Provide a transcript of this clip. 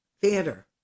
theater